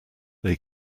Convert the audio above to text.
they